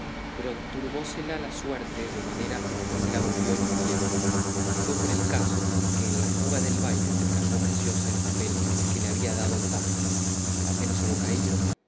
pero turbósela la suerte de manera que se la volvió en infierno y fue el caso que en la fuga del baile se le cayó a preciosa el papel que le había dado el paje y apenas hubo caído